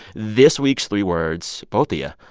this week's three words, both yeah